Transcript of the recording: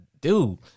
dude